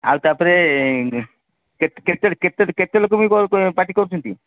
ଆଉ ତାପରେ କେତେ କେତେ କେତେ କେତେ ଲୋକ ପାଇଁ ପାର୍ଟି କରୁଛନ୍ତି